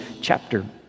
chapter